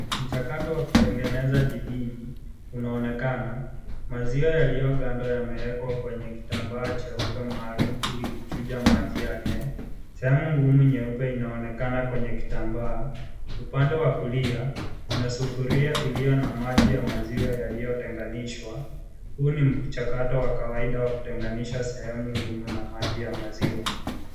Mchakato wa kutengeneza jibini unaonekana mazwa yaliyoganda imewekwa kwenye kitambaa nyeupe maalum ili kuchuja maji yake chamu ngumu nyeupe inaonekana yake kwenye kitambaa upande wa kulia kuna sufuria iliyo na maji ya maziwa yaliyo tenganishwa huu ni mchakato wa kawaida wa kutenganisha sehemu ngumu na maji wa maziwa.